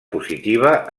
positiva